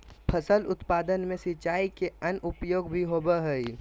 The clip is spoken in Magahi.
फसल उत्पादन में सिंचाई के अन्य उपयोग भी होबय हइ